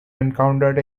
encountered